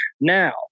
Now